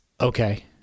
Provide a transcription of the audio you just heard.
Okay